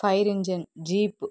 fire engine jeep